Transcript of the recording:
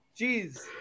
Jeez